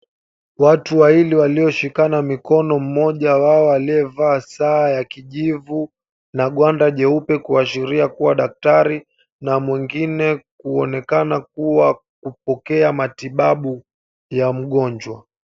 Watu wawili walioshikiliana mikono, mmoja wao aliyevaa saa ya kijivu na gwanda jeupe kuashiria kuwa dakitari na mwingine kuonekana kuwa kupokea matibabu ya mgonjwa.